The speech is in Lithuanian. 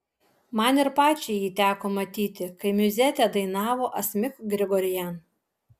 man ir pačiai jį teko matyti kai miuzetę dainavo asmik grigorian